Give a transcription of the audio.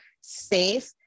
safe